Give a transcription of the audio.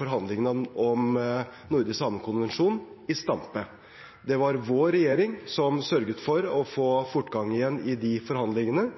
forhandlingene om nordisk samekonvensjon i stampe. Det var vår regjering som sørget for å få fortgang igjen i de forhandlingene,